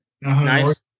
Nice